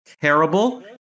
terrible